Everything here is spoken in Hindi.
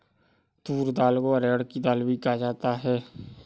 तूर दाल को अरहड़ की दाल भी कहा जाता है